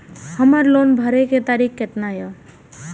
हमर लोन भरे के तारीख केतना ये?